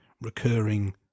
recurring